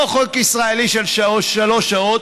לא חוק ישראלי של שלוש שעות,